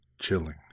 chilling